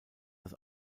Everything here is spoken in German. das